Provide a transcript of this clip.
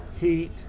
heat